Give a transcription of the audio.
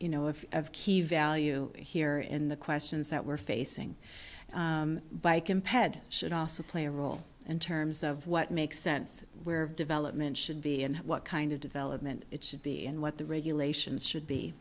you know of of key value here in the questions that we're facing by can peg should also play a role in terms of what makes sense where development should be and what kind of development it should be and what the regulations should be